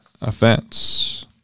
offense